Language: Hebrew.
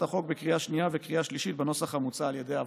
החוק בקריאה שנייה ובקריאה שלישית בנוסח המוצע על ידי הוועדה.